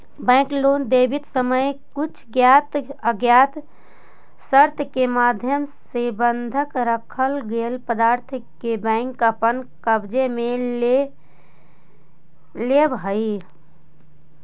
bank loan देवित समय कुछ ज्ञात अज्ञात शर्त के माध्यम से बंधक रखल गेल पदार्थ के बैंक अपन कब्जे में ले लेवऽ हइ